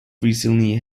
recently